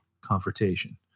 confrontation